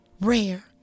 rare